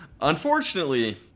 unfortunately